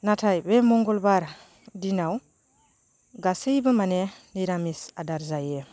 नाथाय बे मंगलबार दिनाव गासैबो माने निरामिस आदार जायो